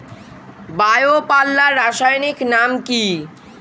Bio পাল্লার রাসায়নিক নাম কি?